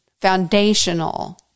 foundational